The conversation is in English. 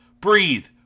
breathe